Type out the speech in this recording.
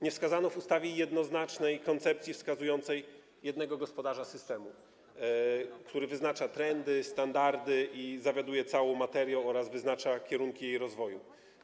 Nie wskazano w ustawie jednoznacznej koncepcji wskazującej jednego gospodarza systemu, który wyznacza trendy, standardy, zawiaduje całą materią oraz wyznacza kierunki jej rozwoju.